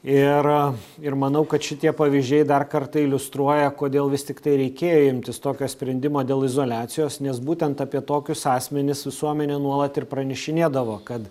ir ir manau kad šitie pavyzdžiai dar kartą iliustruoja kodėl vis tiktai reikėjo imtis tokio sprendimo dėl izoliacijos nes būtent apie tokius asmenis visuomenė nuolat ir pranešinėdavo kad